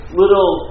little